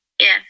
Yes